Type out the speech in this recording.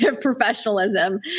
professionalism